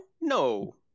no